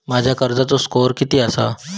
माझ्या कर्जाचो स्कोअर किती आसा?